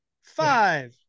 five